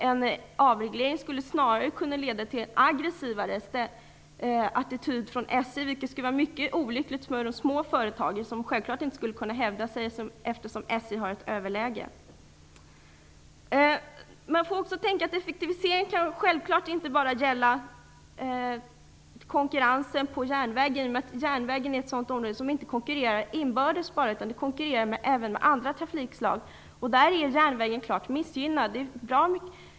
En avreglering skulle snarare leda till en aggressivare attityd från SJ, vilket skulle vara mycket olyckligt för de små företagen. De skulle självklart inte kunna hävda sig eftersom SJ har ett överläge. Effektivisering kan självfallet inte bara gälla konkurrensen på järnvägen. Järnvägstrafiken är ett område där man inte bara konkurrerar inbördes, utan man konkurrerar även med andra trafikslag. Här är järnvägstrafiken klart missgynnad.